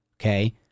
Okay